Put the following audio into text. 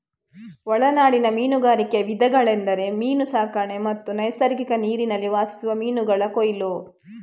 ಒಳನಾಡಿನ ಮೀನುಗಾರಿಕೆಯ ವಿಧಗಳೆಂದರೆ ಮೀನು ಸಾಕಣೆ ಮತ್ತು ನೈಸರ್ಗಿಕ ನೀರಿನಲ್ಲಿ ವಾಸಿಸುವ ಮೀನುಗಳ ಕೊಯ್ಲು